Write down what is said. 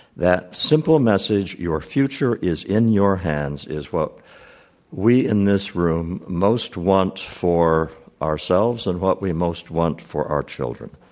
that simple message, your future is in your hands, is what we in this room most want for ourselves and what we most want for our children.